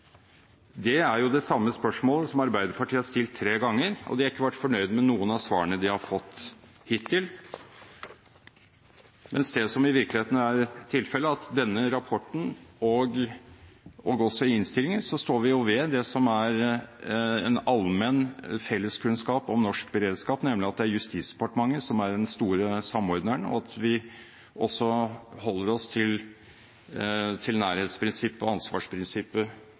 Det er jo det samme spørsmålet som Arbeiderpartiet har stilt tre ganger, og de har ikke vært fornøyd med noen av svarene de har fått hittil, mens det som i virkeligheten er tilfellet, er at i denne rapporten og også i innstillingen, så står vi jo ved det som er allmenn felleskunnskap om norsk beredskap, nemlig at det er Justisdepartementet som er den store samordneren, og at vi også holder oss til at nærhetsprinsippet og ansvarsprinsippet